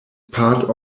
part